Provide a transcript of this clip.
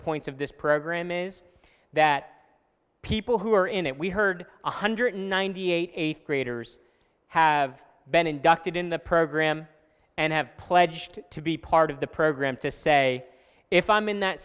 points of this program is that people who are in it we heard one hundred ninety eighth graders have been inducted in the program and have pledged to be part of the program to say if i'm in that